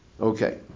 Okay